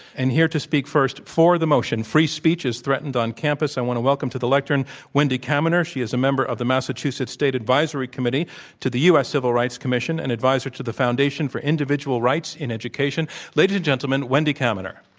and here to speak first for the motion, free speech is threatened on campus, i want to welcome to the lectern wendy kaminer. she is a member of the massachusetts state advisory committee to the u. s. civil rights commission and adviser to the foundation for individual rights in education. ladies and gentlemen, wendy kaminer.